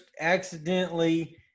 accidentally